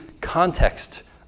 context